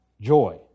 joy